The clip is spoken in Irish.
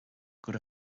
gura